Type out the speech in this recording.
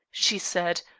she said,